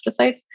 astrocytes